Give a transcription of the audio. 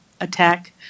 attack